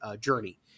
Journey